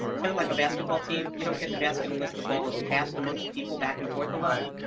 kind of like a basketball team. you don't get the basket unless the ball is passed amongst people back and forth a lot.